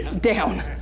down